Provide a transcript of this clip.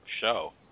show